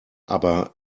aber